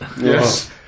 Yes